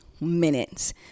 minutes